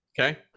okay